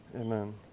amen